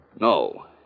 No